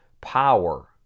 power